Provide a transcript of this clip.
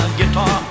guitar